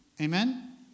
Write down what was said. Amen